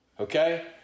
Okay